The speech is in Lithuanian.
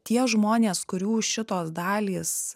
tie žmonės kurių šitos dalys